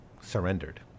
surrendered